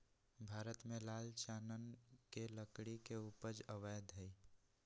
भारत में लाल चानन के लकड़ी के उपजा अवैध हइ